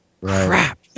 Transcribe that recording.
Crap